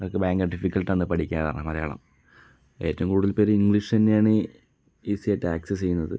അതൊക്കെ ഭയങ്കര ഡിഫിക്കൽട്ടാണ് പഠിക്കാന്ന് പറഞ്ഞാൽ മലയാളം ഏറ്റവും കൂടുതൽ പേര് ഇംഗ്ലീഷ് തന്നെയാണ് ഈസി ആയിട്ട് ആക്സിസ് ചെയ്യുന്നത്